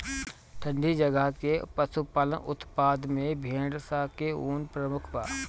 ठंडी जगह के पशुपालन उत्पाद में भेड़ स के ऊन प्रमुख बा